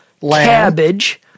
cabbage